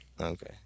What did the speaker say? Okay